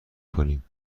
کنیم